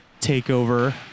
takeover